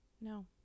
no